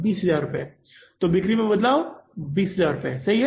इसलिए इस बिक्री में बदलाव 20000 सही है